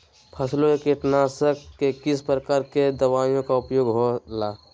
फसलों के कीटनाशक के किस प्रकार के दवाइयों का उपयोग हो ला?